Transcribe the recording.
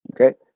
okay